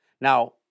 Now